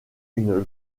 une